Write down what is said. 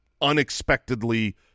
unexpectedly